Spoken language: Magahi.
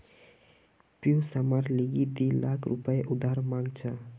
पियूष हमार लीगी दी लाख रुपया उधार मांग छ